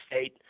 State